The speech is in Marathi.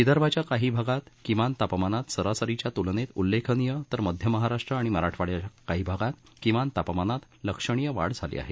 विदर्भाच्या काही भागात किमान तापमानात सरासरीच्या त्लनेत उल्लेखनीय तर मध्य महाराष्ट्र आणि मराठवाड़याच्या काही भागात किमान तापमानात लक्षणीय वाढ झाली आहे